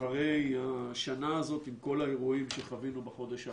אחרי השנה הזאת עם כל האירועים שחווינו בחודש האחרון.